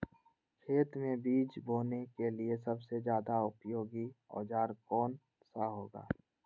खेत मै बीज बोने के लिए सबसे ज्यादा उपयोगी औजार कौन सा होगा?